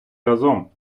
разом